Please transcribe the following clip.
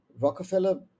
rockefeller